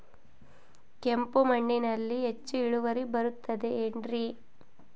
ಕೆಂಪು ಮಣ್ಣಲ್ಲಿ ಹೆಚ್ಚು ಇಳುವರಿ ಬರುತ್ತದೆ ಏನ್ರಿ?